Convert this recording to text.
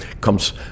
comes